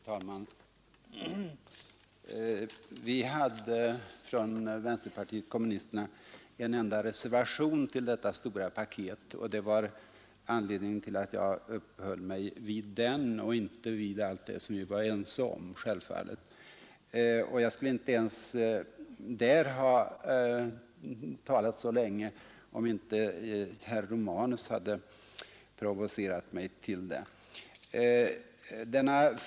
Fru talman! Vi hade från vänsterpartiet kommunisterna en enda reservation till detta stora paket. Jag uppehöll mig vid den och självfallet inte vid allt det som vi var ense om i betänkandet. Jag skulle inte ens ha talat så länge för reservationen som jag gjorde, om inte herr Romanus hade provocerat mig till det.